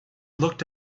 looked